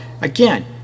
again